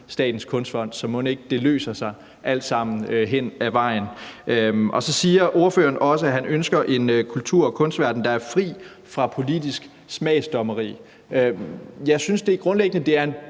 Statens Kunstfond, så mon ikke det hele løser sig hen ad vejen? Så siger ordføreren også, at han ønsker en kultur- og kunstverden, der er fri for politisk smagsdommeri. Jeg synes grundlæggende, det er en